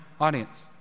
audience